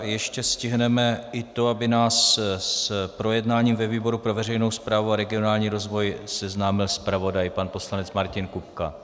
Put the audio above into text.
Ještě stihneme i to, aby nás s projednáním ve výboru pro veřejnou správu a regionální rozvoj seznámil zpravodaj, pan poslanec Martin Kupka.